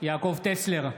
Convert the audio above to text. יעקב טסלר,